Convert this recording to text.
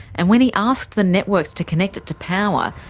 and when he asked the networks to connect it to power,